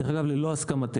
דרך אגב ללא הסכמתנו.